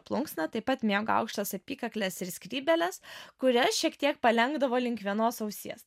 plunksna taip pat mėgo aukštas apykakles ir skrybėles kurias šiek tiek palenkdavo link vienos ausies